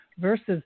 versus